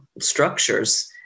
structures